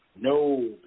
No